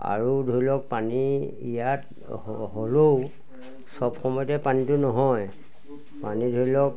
আৰু ধৰি লওক পানী ইয়াত হ'লেও চব সময়তে পানীটো নহয় পানী ধৰি লওক